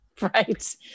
right